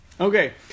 Okay